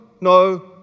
no